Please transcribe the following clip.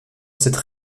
cette